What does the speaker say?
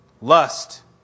lust